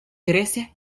grecia